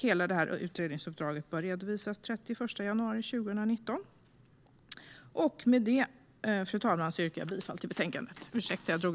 Hela utredningsuppdraget bör redovisas den 31 januari 2019. Med detta, fru talman, yrkar jag bifall till utskottets förslag.